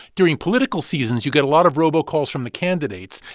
during political seasons, you get a lot of robocalls from the candidates,